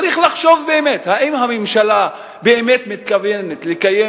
צריך לחשוב באמת אם הממשלה באמת מתכוונת לקיים